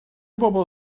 bobl